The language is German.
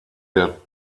der